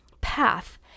path